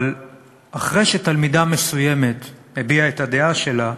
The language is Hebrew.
אחרי שתלמידה מסוימת הביעה את הדעה שלה,